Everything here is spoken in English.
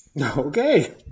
Okay